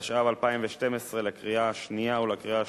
התשע"ב 2012, לקריאה השנייה ולקריאה השלישית.